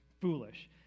foolish